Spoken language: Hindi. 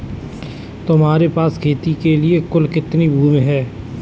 तुम्हारे पास खेती के लिए कुल कितनी भूमि है?